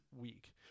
week